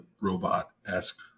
robot-esque